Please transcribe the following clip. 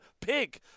pig